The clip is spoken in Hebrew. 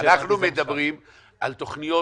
אנחנו מדברים על תוכניות